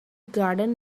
garden